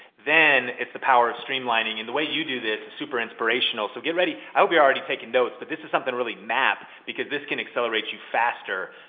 then, it's the power of streamlining. and the way you do this is super inspirational, so get ready. i hope you're already taking notes, but this is something really map, because this can accelerate you faster.